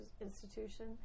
institution